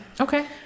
Okay